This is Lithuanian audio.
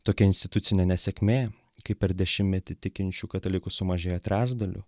tokia institucinė nesėkmė kai per dešimtmetį tikinčių katalikų sumažėjo trečdaliu